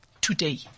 today